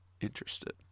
interested